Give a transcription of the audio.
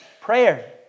prayer